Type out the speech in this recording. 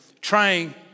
Trying